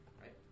right